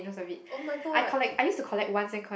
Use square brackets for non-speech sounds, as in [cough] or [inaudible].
[oh]-my-god [breath]